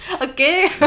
okay